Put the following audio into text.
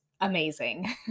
amazing